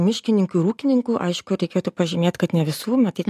miškininkų ir ūkininkų aišku reikėtų pažymėt kad ne visų matyt